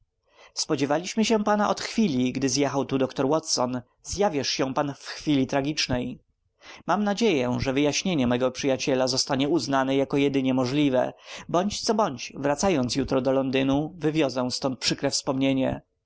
spodziewaliśmy się pana od chwili gdy zjechał tu doktor watson zjawiasz się pan w chwili tragicznej mam nadzieję że wyjaśnienie mojego przyjaciela zostanie uznane jako jedynie możliwe bądź co bądź wracając jutro do londynu wywiozę stąd przykre wspomnienie